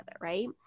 Right